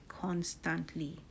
constantly